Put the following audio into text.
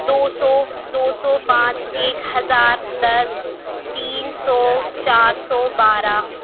دو سو دو سو پانچ ايک ہزار دس تین سو چار سو بارہ